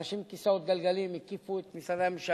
אנשים עם כיסאות גלגלים הקיפו את משרדי הממשלה,